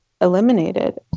eliminated